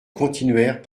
continuèrent